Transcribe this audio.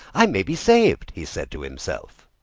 i may be saved, he said to himself.